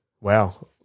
wow